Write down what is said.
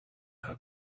her